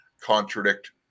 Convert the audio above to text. contradict